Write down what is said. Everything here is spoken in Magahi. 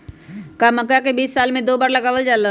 का मक्का के बीज साल में दो बार लगावल जला?